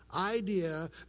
idea